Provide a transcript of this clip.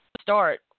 start